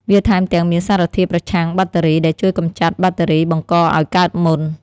វាថែមទាំងមានសារធាតុប្រឆាំងបាក់តេរីដែលជួយកម្ចាត់បាក់តេរីបង្កឲ្យកើតមុន។